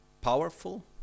powerful